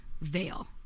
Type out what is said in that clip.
veil